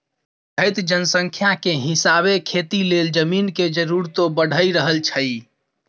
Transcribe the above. बढ़इत जनसंख्या के हिसाबे खेती लेल जमीन के जरूरतो बइढ़ रहल छइ